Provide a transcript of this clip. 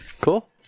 Cool